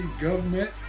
government